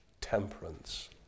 temperance